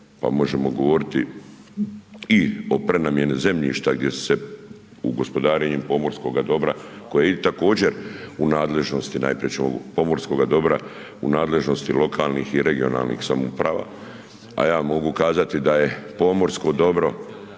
pa možemo govoriti i o prenamjeni zemljišta gdje su se u gospodarenju pomorskoga dobra koje je također u nadležnosti, najprije ćemo, pomorskoga u nadležnosti lokalnih i regionalnih samouprava, a ja mogu kazati da je pomorsko dobro